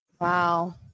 Wow